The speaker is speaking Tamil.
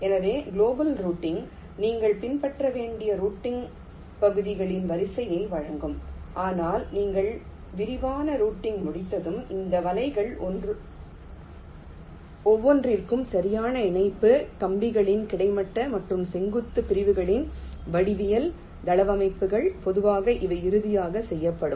எனவே குளோபல் ரூட்டிங் நீங்கள் பின்பற்ற வேண்டிய ரூட்டிங் பகுதிகளின் வரிசையை வழங்கும் ஆனால் நீங்கள் விரிவான ரூட்டிங் முடிந்ததும் இந்த வலைகள் ஒவ்வொன்றிற்கும் சரியான இணைப்பு கம்பிகளின் கிடைமட்ட மற்றும் செங்குத்து பிரிவுகளின் வடிவியல் தளவமைப்புகள் பொதுவாக அவை இறுதியாக செய்யப்படும்